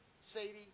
Sadie